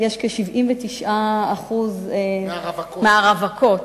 כ-79% מהרווקות,